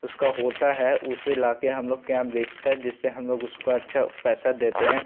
उसका होता है उसे लाकर हम लोग केम बेचता है जिससे हम लोग उसका अच्छा पैसा देते हैं